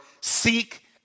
seek